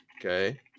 Okay